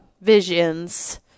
visions